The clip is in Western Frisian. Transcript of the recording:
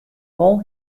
wol